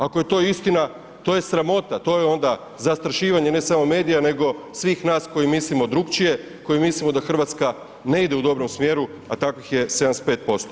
Ako je to istina, to je sramota, to je onda zastrašivanje ne samo medija nego svih nas koji mislimo drukčije, koji mislimo da Hrvatska ne ide u dobrom smjeru a takvih je 75%